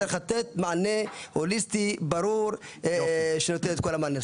צריך לתת מענה הוליסטי ברור שנותן את כל המענה.